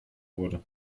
wurde